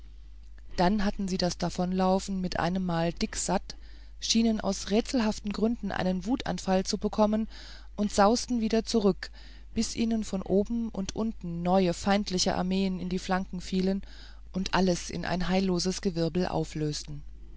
dann hatten sie das davonlaufen mit einemmal dick satt schienen aus rätselhaften gründen einen wutanfall zu bekommen und sausten wieder zurück bis ihnen von oben und unten neue feindliche armeen in die flanken fielen und alles in ein heilloses gewirbel auflösten